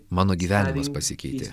mano gyvenimas pasikeitė